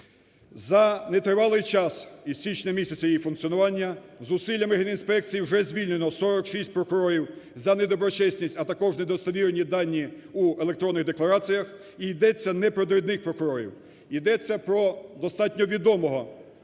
За нетривалий час із січня місяця її функціонування зусиллями Генінспекції уже звільнено 46 прокурорів за недоброчесність, а також недостовірні дані у електронних деклараціях. І йдеться не про дрібних прокурорів, йдеться про достатньо відомого